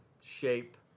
shape